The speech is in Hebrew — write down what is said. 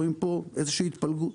רואים פה איזה שהיא התפלגות.